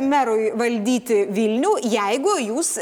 merui valdyti vilnių jeigu jūs